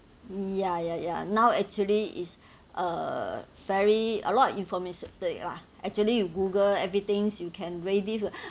ya ya ya now actually is uh very a lot information lah actually you google everything's you can ready